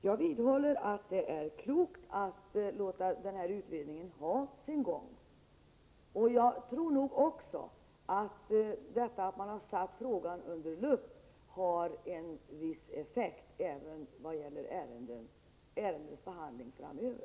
Jag vidhåller att det är klokt att låta utredningen ha sin gång. Jag tror också att detta att man har satt frågan under lupp har en viss effekt även vad gäller ärendets behandling framöver.